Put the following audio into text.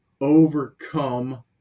overcome